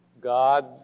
God